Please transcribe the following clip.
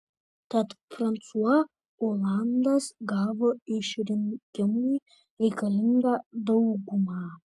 tad fransua olandas gavo išrinkimui reikalingą daugumą